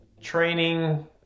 training